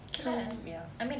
so ya